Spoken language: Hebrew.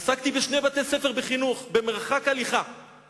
עסקתי בחינוך בשני בתי-ספר, במרחק הליכה זה מזה.